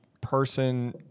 person